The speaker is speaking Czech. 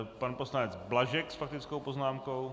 Pan poslanec Blažek s faktickou poznámkou.